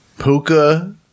Puka